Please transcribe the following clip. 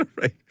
right